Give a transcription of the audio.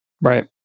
Right